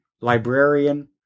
librarian